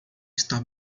está